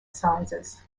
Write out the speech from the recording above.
sizes